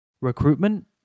recruitment